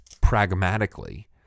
pragmatically